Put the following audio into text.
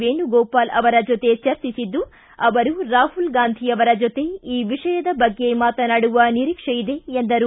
ವೇಣುಗೋಪಾಲ ಅವರ ಜೊತೆ ಚರ್ಚಿಸಿದ್ದು ಅವರು ರಾಹುಲ್ ಗಾಂಧಿ ಅವರ ಜೊತೆ ಈ ವಿಷಯದ ಬಗ್ಗೆ ಮಾತನಾಡುವ ನೀರಿಕ್ಷೆ ಇದೆ ಎಂದರು